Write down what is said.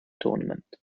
tournament